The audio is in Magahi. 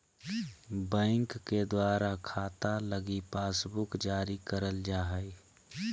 बैंक के द्वारा खाता लगी पासबुक जारी करल जा हय